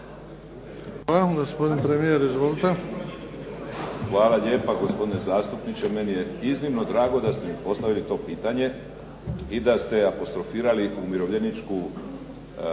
**Sanader, Ivo (HDZ)** Hvala lijepa gospodine zastupniče. Meni je iznimno drago da ste mi postavili to pitanje i da se apostrofirali umirovljeničku grupaciju